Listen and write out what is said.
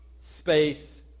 space